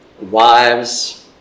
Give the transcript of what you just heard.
wives